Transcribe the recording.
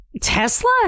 Tesla